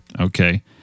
Okay